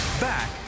Back